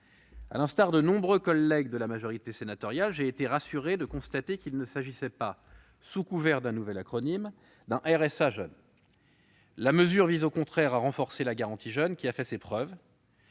À l'instar de nombreux collègues de la majorité sénatoriale, j'ai été rassuré de constater qu'il ne s'agissait pas, sous couvert d'un nouvel acronyme, d'un RSA jeunes. La mesure vise au contraire à renforcer la garantie jeunes, qui a fait ses preuves.